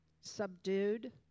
subdued